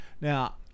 Now